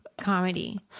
comedy